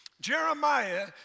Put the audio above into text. Jeremiah